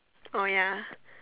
orh ya